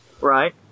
Right